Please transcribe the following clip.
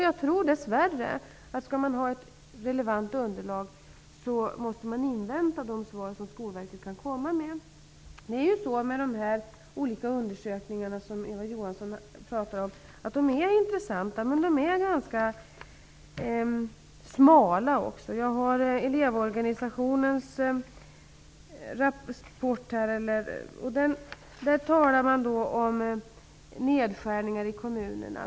Jag tror dess värre att om man skall ha ett relevant underlag måste man invänta de svar som Skolverket kan komma med. De olika undersökningar som Eva Johansson talar om är intressanta, men de är ganska smala också. Jag har Elevorganisationens rapport här, och i den talar man om nedskärningar i kommunerna.